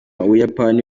ubuyapani